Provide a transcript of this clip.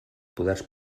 poders